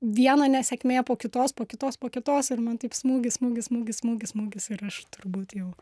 viena nesėkmė po kitos po kitos po kitos ir man taip smūgis smūgis smūgis smūgis smūgis ir aš turbūt jau